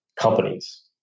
companies